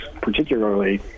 particularly –